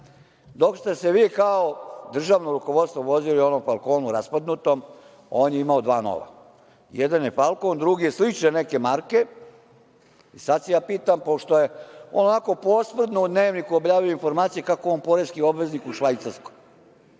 dok ste se vi kao državno rukovodstvo vozili u onom Falkonu raspadnutom, on je imao dva nova. Jedan je Falkon, drugi je slične neke marke. Sada se ja pitam, pošto je onako posredno u Dnevniku objavljen informacija kako je on poreski obveznik u Švajcarskoj.